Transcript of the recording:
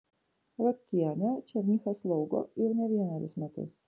rotkienė černychą slaugo jau ne vienerius metus